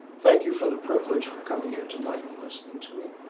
thank you for the privilege for coming here tonight and listening to me.